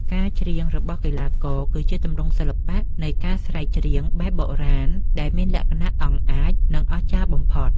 ការច្រៀងរបស់កីឡាករ គឺជាទម្រង់សិល្បៈនៃការស្រែកច្រៀងបែបបុរាណដែលមានលក្ខណៈអង់អាច និងអស្ចារ្យបំផុត។